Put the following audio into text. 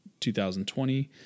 2020